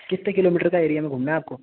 کتنے kilometre کا ایریے میں گھومنا ہے آپ کو